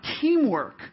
teamwork